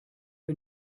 der